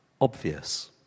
obvious